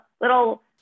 little